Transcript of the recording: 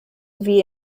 wie